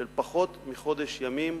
של פחות מחודש ימים,